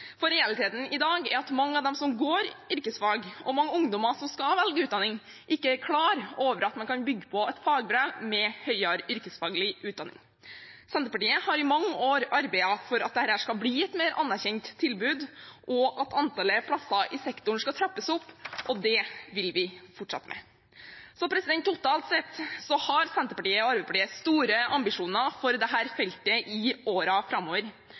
Realiteten i dag er at mange av dem som går yrkesfag, og mange ungdommer som skal velge utdanning, ikke er klar over at man kan bygge på et fagbrev med høyere yrkesfaglig utdanning. Senterpartiet har i mange år arbeidet for at dette skal bli et mer anerkjent tilbud, og at antallet plasser i sektoren skal trappes opp. Det vil vi fortsette med. Totalt sett har Senterpartiet og Arbeiderpartiet store ambisjoner for dette feltet i årene framover.